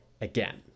again